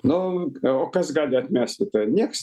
nu o kas gali atmesti tai nieks